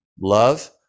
love